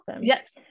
Yes